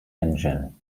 engine